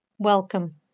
Welcome